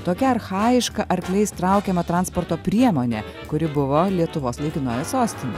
tokia archajiška arkliais traukiama transporto priemone kuri buvo lietuvos laikinojoj sostinėj